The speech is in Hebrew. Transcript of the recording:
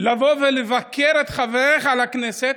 לבוא ולבקר את חבריך לכנסת,